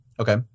Okay